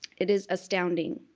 it is astounding.